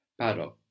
PARO